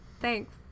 Thanks